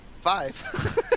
Five